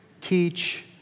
teach